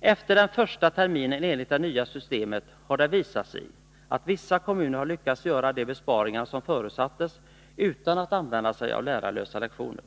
Efter den första terminen enligt det nya systemet har det visat sig att vissa kommuner har lyckats göra de besparingar som förutsattes utan att använda sig av ”lärarlösa lektioner”.